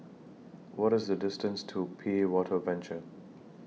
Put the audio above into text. What IS The distance to P A Water Venture